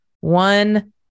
One